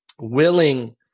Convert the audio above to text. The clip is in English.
willing